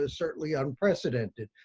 ah certainly unprecedented.